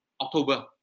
October